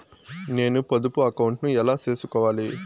నేను పొదుపు అకౌంటు ను ఎలా సేసుకోవాలి?